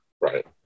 Right